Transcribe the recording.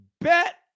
bet